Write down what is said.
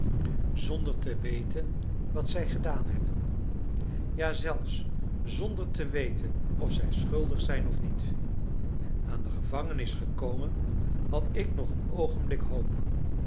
zonder te weten wat zij gedaan hebben ja zelfs zonder te weten of zij schuldig zijn of niet aan de gevangenis gekomen had ik nog een oogenblik hoop